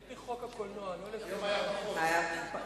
על-פי חוק הקולנוע, לא לפי, היום היה פחות.